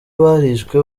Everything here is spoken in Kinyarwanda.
barishwe